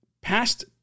Past